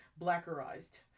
blackerized